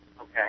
Okay